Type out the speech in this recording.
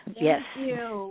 Yes